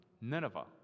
Nineveh